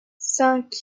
cinq